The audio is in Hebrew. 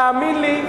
תאמין לי,